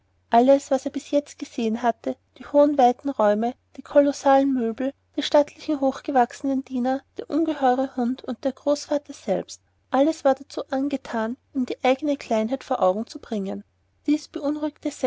alles was er bis jetzt gesehen hatte die hohen weiten räume die kolossalen möbel die stattlichen hochgewachsenen diener der ungeheure hund und der großvater selbst alles war dazu angethan ihm die eigne kleinheit vor augen zu bringen dies beunruhigte